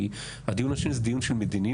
כי הדיון השני זה דיון של מדיניות,